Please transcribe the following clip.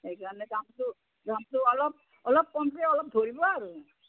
সেইকাৰণে দামটো দামটো অলপ অলপ কমকৈ অলপ ধৰিব আৰু